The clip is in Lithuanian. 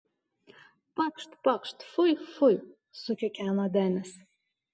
pakšt pakšt fui fui sukikeno denis